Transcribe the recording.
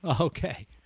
Okay